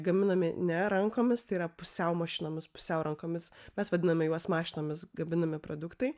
gaminami ne rankomis tai yra pusiau mašinomis pusiau rankomis mes vadiname juos mašinomis gaminami produktai